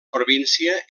província